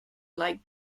like